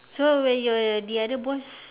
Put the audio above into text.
so where your the other boss